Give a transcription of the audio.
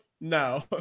No